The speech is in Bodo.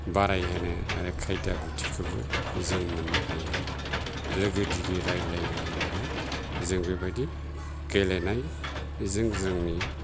बाराय होनो आरो खायदा बुध्दिखौबो जों मोननो हायोमोन लोगो दिगि रायलायलायोमोन जों बेबादि गेलेनाय जों जोंनि